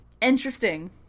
Interesting